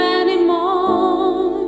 anymore